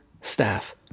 staff